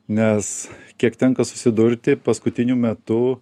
nes kiek tenka susidurti paskutiniu metu